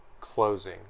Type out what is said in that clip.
closing